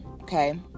okay